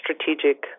strategic